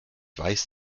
weiß